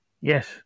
Yes